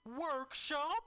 workshop